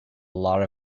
lot